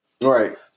Right